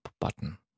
button